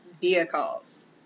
vehicles